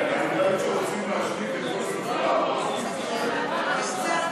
שרוצים להשתיק את ראש הממשלה.